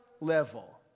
level